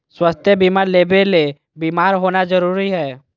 स्वास्थ्य बीमा लेबे ले बीमार होना जरूरी हय?